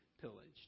pillaged